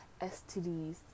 STDs